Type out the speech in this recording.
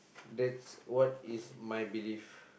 that's what is my belief